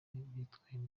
bitwaye